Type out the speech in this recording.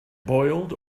boiled